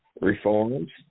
reforms